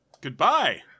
Goodbye